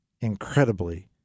incredibly